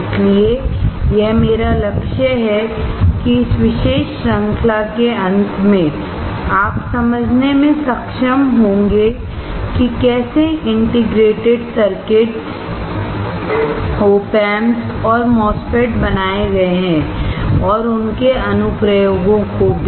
इसलिए यह मेरा लक्ष्य है कि इस विशेष श्रृंखला के अंत में आप समझने में सक्षम होंगे कि कैसे इंटीग्रेटेड सर्किट OP Amps और MOSFETs बनाए गए हैं और उनके अनुप्रयोगों को भी